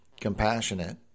compassionate